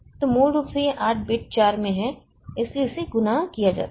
तो मूल रूप से यह 8 बिट 4 में है इसलिए इसे गुणा किया जाता है